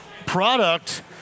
product